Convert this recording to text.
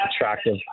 attractive